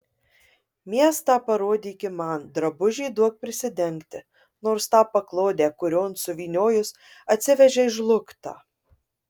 miestą parodyki man drabužį duok prisidengti nors tą paklodę kurion suvyniojus atsivežei žlugtą